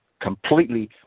completely